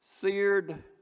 Seared